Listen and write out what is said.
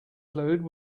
fluid